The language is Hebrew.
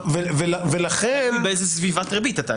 תלוי באיזו סביבת ריבית אתה.